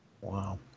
Wow